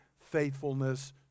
faithfulness